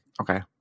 Okay